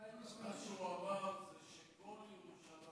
זה שכל ירושלים